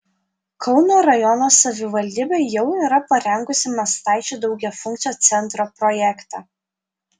kauno rajono savivaldybė jau yra parengusi mastaičių daugiafunkcio centro projektą